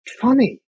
funny